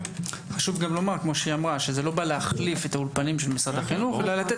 זה לא בא להחליף את האולפנים של משרד החינוך אלא לתת